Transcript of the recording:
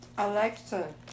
Alexa